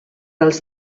als